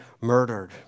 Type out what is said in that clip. murdered